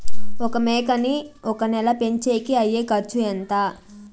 ఒక మేకని ఒక నెల పెంచేకి అయ్యే ఖర్చు ఎంత?